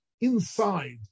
inside